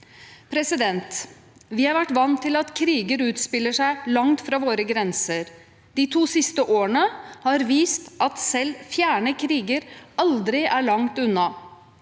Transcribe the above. Vi har vært vant til at kriger utspiller seg langt fra våre grenser. De to siste årene har vist at selv fjerne kriger aldri er langt unna.